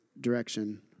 direction